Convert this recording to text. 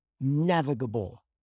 navigable